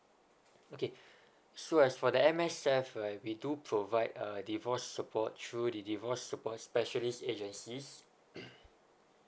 okay so as for the M_S_F right we do provide a divorce support through the divorce support specialist agencies